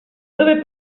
dove